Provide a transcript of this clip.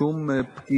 נכון?